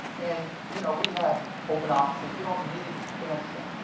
and you know we had open offices. you don't need fancy stuff.